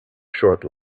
short